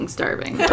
starving